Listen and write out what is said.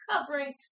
covering